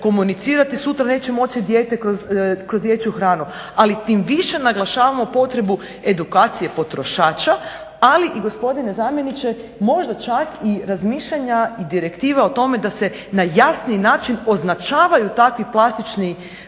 komunicirati sutra neće moći dijete kroz dječju hranu. Ali tim više naglašavamo potrebu edukacije potrošača ali i gospodine zamjeniče možda čak i razmišljanja i direktive o tome da se na jasniji način označavaju takvi plastični kuhinjsko